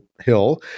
Hill